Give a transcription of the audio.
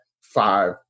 five